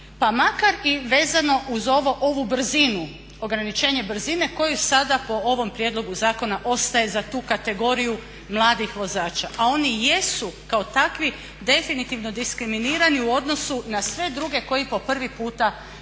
pa makar i vezano uz ovu brzinu, ograničenje brzine koje sada po ovom prijedlogu zakona ostaje za tu kategoriju mladih vozača. A oni jesu kao takvi definitivno diskriminirani u odnosu na sve druge koji po prvi puta ustvari